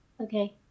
okay